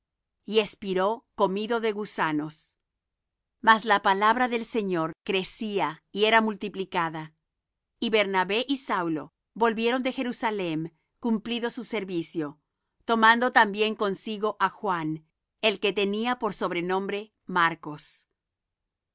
y espiró comido de gusanos mas la palabra del señor crecía y era multiplicada y bernabé y saulo volvieron de jerusalem cumplido su servicio tomando también consigo á juan el que tenía por sobrenombre marcos